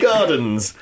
Gardens